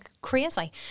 Crazy